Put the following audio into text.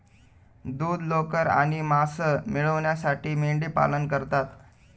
दूध, लोकर आणि मांस मिळविण्यासाठी मेंढीपालन करतात